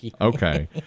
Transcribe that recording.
okay